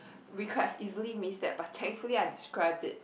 we could have easily missed that but thankfully I described it